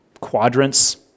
Quadrants